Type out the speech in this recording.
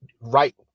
right